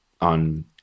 on